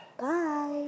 Bye